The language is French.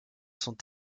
sont